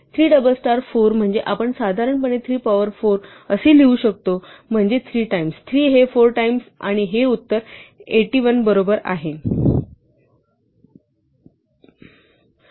3 double star 4 म्हणजे आपण साधारणपणे 3 पॉवर 4 असे लिहू म्हणजे 3 टाइम्स 3 हे 4 टाइम्स आणि हे 81 बरोबर उत्तर आहे